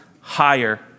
higher